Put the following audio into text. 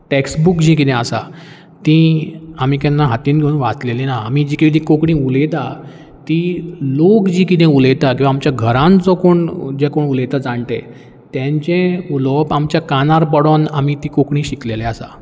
text book जीं कितें आसा तीं आमी केन्ना हातीन घेवन वाचलेली ना आमी जी कितें कोंकणी उलयता ती लोक जी कितें उलयता किंवां घरांत जो कोण कितें उलयता जाणटे तेंचें उलोवप आमच्या कानार पडोन आमी ती कोंकणी शिकलेले आसा